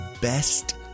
best